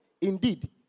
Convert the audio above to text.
Indeed